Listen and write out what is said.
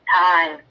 time